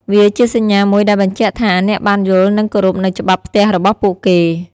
វាជាសញ្ញាមួយដែលបញ្ជាក់ថា អ្នកបានយល់និងគោរពនូវច្បាប់ផ្ទះរបស់ពួកគេ។